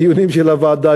בדיונים של הוועדה,